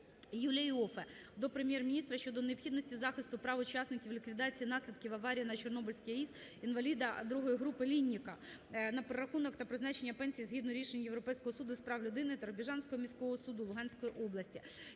Юлія Іоффе до Прем'єр-міністра щодо необхідності захисту прав учасника ліквідації наслідків аварії на Чорнобильській АЕС, інваліда ІІ групи Лінніка на перерахунок та призначення пенсії згідно рішень Європейського суду з прав людини та Рубіжанського міського суду Луганської області.